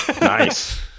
Nice